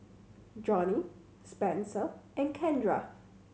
Johny Spenser and Kendra